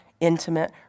intimate